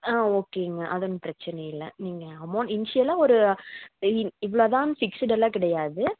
ஆ ஓகேங்க அது ஒன்றும் பிரச்சினை இல்லை நீங்கள் அமௌண்ட் இன்ஷியலாக ஒரு இ இன் இவ்வளோ தான் பிக்ஸுடெல்லாம் கிடையாது